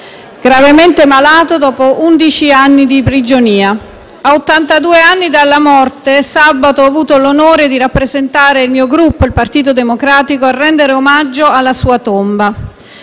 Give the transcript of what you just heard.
gravemente malato, dopo undici anni di prigionia. A ottantadue anni dalla morte, sabato ho avuto l'onore di rappresentare il mio Gruppo e il Partito Democratico a rendere omaggio alla sua tomba.